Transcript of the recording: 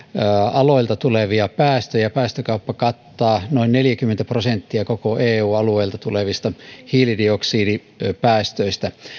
aloilta tulevia päästöjä ja päästökauppa kattaa noin neljäkymmentä prosenttia koko eu alueelta tulevista hiilidioksidipäästöistä